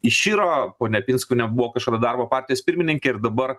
iširo ponia pinskuvienė buvo kažkada darbo partijos pirmininkė ir dabar